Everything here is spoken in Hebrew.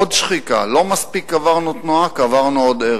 עוד שחיקה, לא מספיק קברנו תנועה, קברנו עוד ערך.